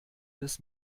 des